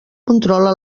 controla